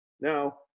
Now